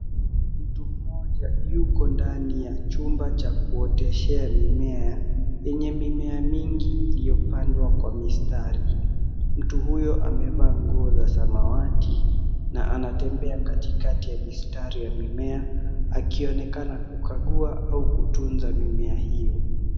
Mtu mmoja yuko ndani ya chumba cha kuoteshea mimea yenye mimea mingi iliyopandwa kwa mistari. Mtu huyo amevaa nguo za samawati na anatembea katikati ya mistari ya mimea akionekana kukagua au kutunza mimea hiyo.